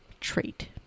trait